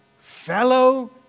fellow